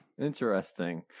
Interesting